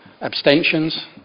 Abstentions